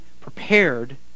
prepared